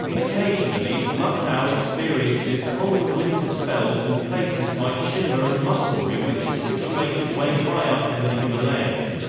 occasionally, lucknow experiences colder winter spells than places like shimla and mussoorie which are situated way high up in the himalayas.